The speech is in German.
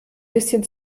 bisschen